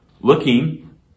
looking